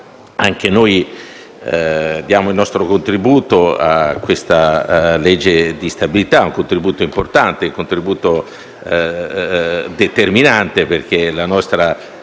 anche noi diamo il nostro contributo a questa legge di bilancio, un contributo importante e determinante perché la nostra